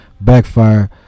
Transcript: backfire